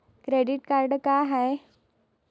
Credit card का हाय?